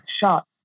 shot